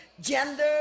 gender